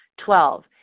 Twelve